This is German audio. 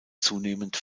zunehmend